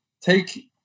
take